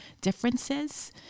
differences